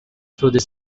through